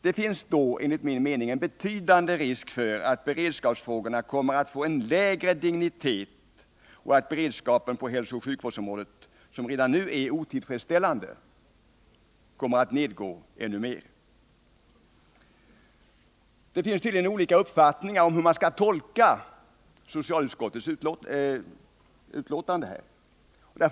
Det finns enligt min mening en betydande risk för att beredskapsfrågorna då kommer att få en lägre dignitet och att beredskapen på hälsooch sjukvårdsområdet, som redan nu är otillfredsställande, kommer att bli än lägre. Det finns tydligen olika uppfattningar om hur socialutskottets betänkande skall tolkas.